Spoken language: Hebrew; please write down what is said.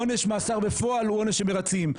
עונש מאסר בפועל הוא עונש שמרצים,